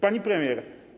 Pani Premier!